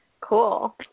cool